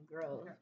girls